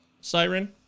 siren